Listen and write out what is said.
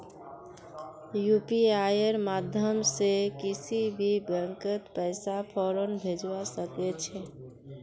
यूपीआईर माध्यम से किसी भी बैंकत पैसा फौरन भेजवा सके छे